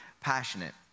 passionate